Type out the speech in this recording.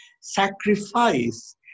sacrifice